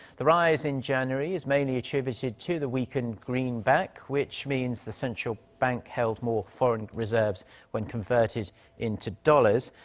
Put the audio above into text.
the rise in january is mainly attributed to the weakened greenback. which means the central bank held more foreign reserves when converted into dollars.